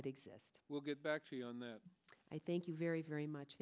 it exist we'll get back to you on the i thank you very very much